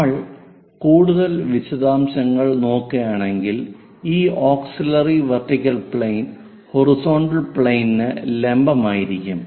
നമ്മൾ കൂടുതൽ വിശദാംശങ്ങൾ നോക്കുകയാണെങ്കിൽ ഈ ഓക്സിലിയറി വെർട്ടിക്കൽ പ്ലെയിൻ ഹൊറിസോണ്ടൽ പ്ലെയിനിന് ലംബമായിരിക്കും